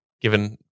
Given